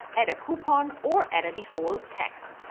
add a coupon or add a default tax.